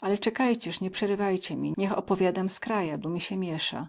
ale cekajciez nie przerywajcie mi niech opowiadam z kraja bo mi sie miesa